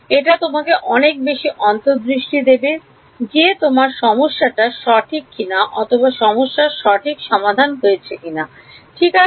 এটা তোমাকে অনেক বেশি অন্তর্দৃষ্টি দেবে যে তোমার সমস্যাটা সঠিক কিনা অথবা সমস্যার সঠিক সমাধান হয়েছে কিনা ঠিক আছে